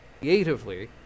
creatively